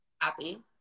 happy